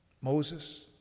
Moses